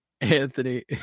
Anthony